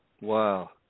Wow